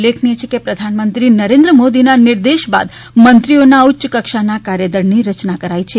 ઉલ્લેખનીય છે કે પ્રધાનમંત્રી નરેન્દ્ર મોદીના નિર્દેશ બાદ મંત્રીઓના ઉચ્યકક્ષાના કાર્યદળની રચના કરાઇ છે